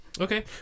Okay